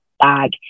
bag